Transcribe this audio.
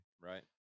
right